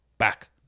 Back